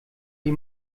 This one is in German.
die